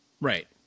right